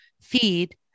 feed